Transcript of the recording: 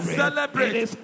celebrate